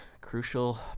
crucial